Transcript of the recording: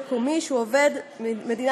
לבין עובד מקומי,